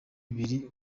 biri